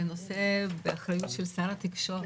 זה נושא באחריות של שר התקשורת,